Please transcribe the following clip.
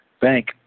bank